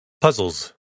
Puzzles